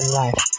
life